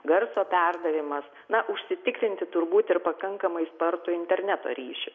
garso perdavimas na užsitikrinti turbūt ir pakankamai spartų interneto ryšį